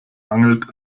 mangelt